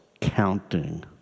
counting